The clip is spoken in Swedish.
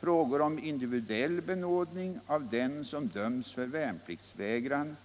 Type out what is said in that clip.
Frågor om individuell benådning av den som dömts för värnpliktsvägran